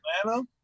Atlanta